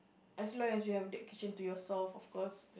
as long as you have that kitchen to yourself of course